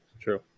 True